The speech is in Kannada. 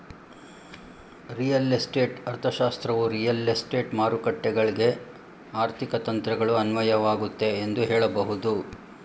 ರಿಯಲ್ ಎಸ್ಟೇಟ್ ಅರ್ಥಶಾಸ್ತ್ರವು ರಿಯಲ್ ಎಸ್ಟೇಟ್ ಮಾರುಕಟ್ಟೆಗಳ್ಗೆ ಆರ್ಥಿಕ ತಂತ್ರಗಳು ಅನ್ವಯವಾಗುತ್ತೆ ಎಂದು ಹೇಳಬಹುದು